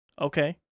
Okay